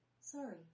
Sorry